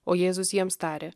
o jėzus jiems tarė